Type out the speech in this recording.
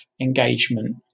engagement